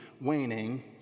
waning